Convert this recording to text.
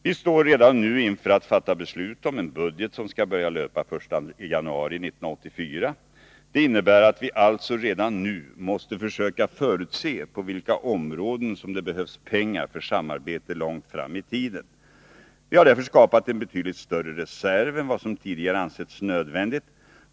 Vi står redan nu inför att fatta beslut om en budget som skall börja löpa den 1 januari 1984. Det innebär att vi alltså redan nu måste försöka förutse på vilka områden som det behövs pengar för samarbete långt fram i tiden. Vi har därför skapat en betydligt större reserv än vad som tidigare ansetts nödvändigt.